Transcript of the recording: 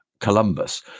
Columbus